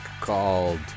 called